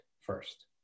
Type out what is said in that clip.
first